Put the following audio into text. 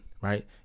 right